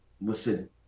Listen